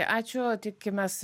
ačiū tikimės